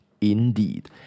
indeed